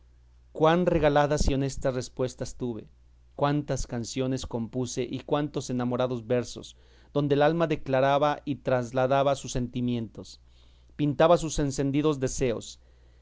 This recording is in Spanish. cuán regaladas y honestas respuestas tuve cuántas canciones compuse y cuántos enamorados versos donde el alma declaraba y trasladaba sus sentimientos pintaba sus encendidos deseos